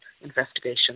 investigation